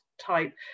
type